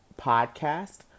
podcast